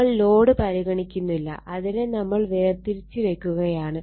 നമ്മൾ ലോഡ് പരിഗണിക്കുന്നില്ല അതിനെ നമ്മൾ വേർതിരിച്ച് വെക്കുകയാണ്